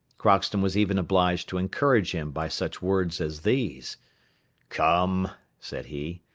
crockston was even obliged to encourage him by such words as these come, said he,